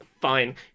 Fine